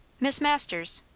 miss masters.